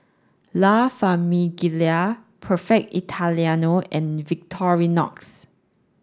La Famiglia Perfect Italiano and Victorinox